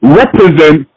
represent